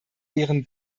deren